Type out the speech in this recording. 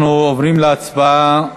אנחנו עוברים להצבעה.